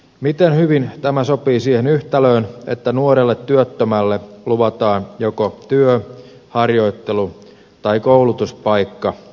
miten hyvin tämä sopii siihen yhtälöön että nuorelle työttömälle luvataan joko työ harjoittelu tai koulutuspaikka